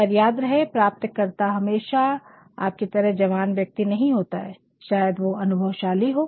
पर याद रहे प्राप्तकर्ता हमेशा आपकी तरह जवान ब्यक्ति नहीं होता शायद वो अनुभवशाली हो